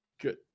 Good